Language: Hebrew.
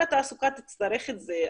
כל התעסוקה תצטרך את זה,